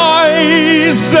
eyes